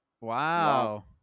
Wow